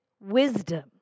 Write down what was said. wisdom